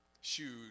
Shoot